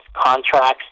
contracts